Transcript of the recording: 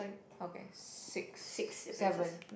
okay six seven